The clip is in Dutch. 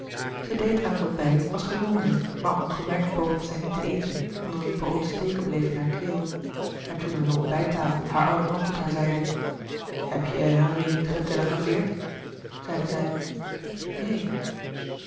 zij deed aan het ontbijt als gewoonlijk maar ongemerkt poogde zij niet te eten omdat het brood steken bleef in haar keel en toen aan de ontbijttafel haar oude man tot haar zeide heb je henri niet getelegrafeerd zeide zij neen